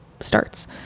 starts